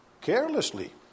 carelessly